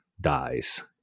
dies